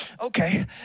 Okay